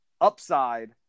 upside